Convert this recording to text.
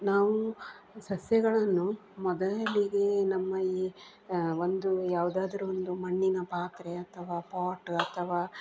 ನಾವು ಸಸ್ಯಗಳನ್ನು ಮೊದಲಿಗೆ ನಮ್ಮ ಈ ಒಂದು ಯಾವುದಾದ್ರೂ ಒಂದು ಮಣ್ಣಿನ ಪಾತ್ರೆ ಅಥವಾ ಪಾಟು ಅಥವಾ